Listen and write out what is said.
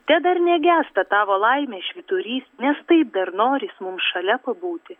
te dar negęsta tavo laimės švyturys nes taip dar noris mum šalia pabūti